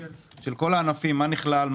של כל הענפים מה נכלל,